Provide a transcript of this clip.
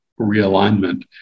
realignment